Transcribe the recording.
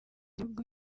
gihugu